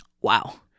Wow